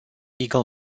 eagle